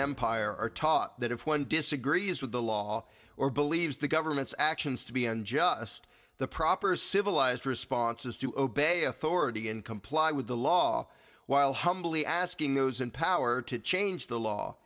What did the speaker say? empire are taught that if one disagrees with the law or believes the government's actions to be unjust the proper civilized response is to obey authority and comply with the law while humbly asking those in power to change the law